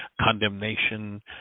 condemnation